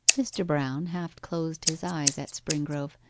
mr. brown half closed his eyes at springrove,